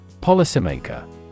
Policymaker